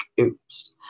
oops